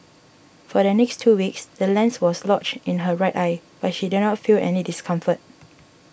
for the next two weeks the lens was lodged in her right eye but she did not feel any discomfort